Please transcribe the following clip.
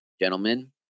Gentlemen